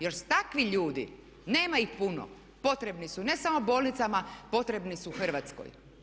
Jer su takvi ljudi, nema ih puno, potrebni su ne samo bolnicama, potrebni su Hrvatskoj.